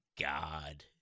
God